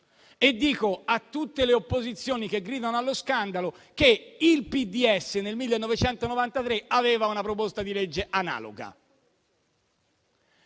e dico a tutte le opposizioni che gridano allo scandalo che il PDS nel 1993 aveva una proposta di legge analoga.